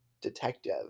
detective